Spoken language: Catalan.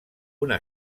una